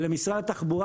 משרד התחבורה,